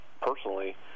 personally